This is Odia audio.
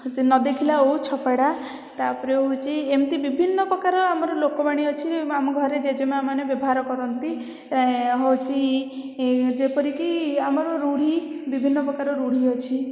ନ ଦେଖିଲା ଓଉ ଛଅ ଫଡ଼ା ତା'ପରେ ହେଉଛି ଏମତି ବିଭିନ୍ନ ପ୍ରକାର ଆମର ଲୋକବାଣୀ ଅଛି ଆମ ଘରେ ଜେଜେମାଆ ମାନେ ବ୍ୟବହାର କରନ୍ତି ହେଉଛି ଯେପରିକି ଆମର ରୁଢ଼ି ବିଭିନ୍ନ ପ୍ରକାର ରୁଢ଼ି ଅଛି